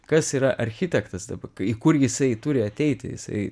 kas yra architektas dabar į kur jisai turi ateiti jisai